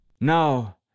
Now